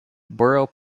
borough